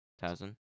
thousand